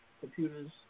computers